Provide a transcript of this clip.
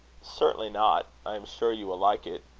certainly not. i am sure you will like it.